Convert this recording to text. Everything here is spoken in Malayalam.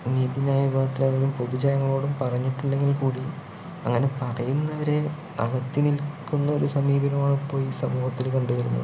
നീതിന്യായ വിഭാഗക്കാരോടും പൊതുജനങ്ങളോടും പറഞ്ഞിട്ടുണ്ടെങ്കിൽക്കൂടി അങ്ങനെ പറയുന്നവരെ അകത്തി നിൽക്കുന്നൊരു സമീപനമാണിപ്പോൾ ഈ സമൂഹത്തില് കണ്ടുവരുന്നത്